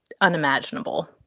unimaginable